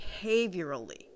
behaviorally